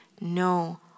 no